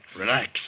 Relax